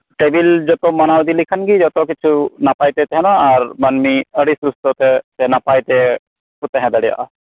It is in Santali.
ᱴᱮᱵᱤᱞ ᱡᱚᱛᱚ ᱢᱟᱱᱟᱣ ᱤᱫᱤᱞᱮᱠᱷᱟᱱᱜᱮ ᱡᱚᱛᱚ ᱠᱤᱪᱷᱩ ᱱᱟᱯᱟᱭ ᱛᱮ ᱛᱟᱦᱮᱱᱟ ᱟᱨ ᱢᱟᱹᱱᱢᱤ ᱟᱹᱰᱤ ᱥᱩᱥᱛᱷᱚ ᱛᱮ ᱥᱮ ᱱᱟᱯᱟᱭᱛᱮ ᱠᱚ ᱛᱟᱦᱮᱸ ᱫᱟᱲᱮᱭᱟᱜᱼᱟ